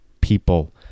people